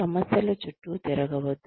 సమస్యల చుట్టూ తిరగవద్దు